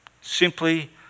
simply